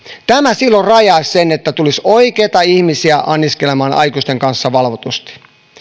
tämä silloin rajaisi sen että tulisi oikeita ihmisiä anniskelemaan aikuisten kanssa valvotusti